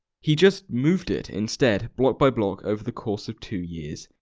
he just moved it, instead block by block over the course of two years.